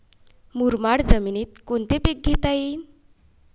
मुरमाड जमिनीत कोनचे पीकं घेता येईन?